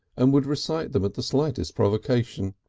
and would recite them at the slightest provocation.